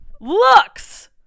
Looks